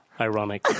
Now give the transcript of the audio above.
ironic